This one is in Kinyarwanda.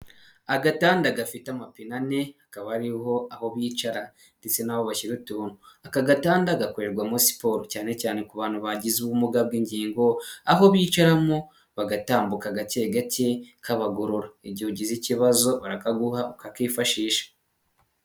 Agatanda gafite amapine ane hakaba hariho aho bicara ndetse n'aho bashyira utuntu. Aka gatanda gakorerwamo siporo cyane cyane ku bantu bagize ubumuga bw'ingingo aho bicaramo bagatambuka gake gake kabagorora. Igihe ugize ikibazo barakaguha ukakifashisha.